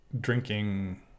drinking